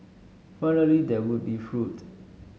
finally there would be fruit